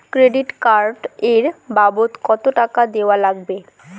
Credit card এর বাবদ কতো টাকা দেওয়া লাগবে?